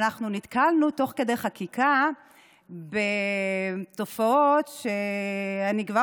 נתקלנו תוך כדי חקיקה בתופעות שאני כבר